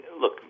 look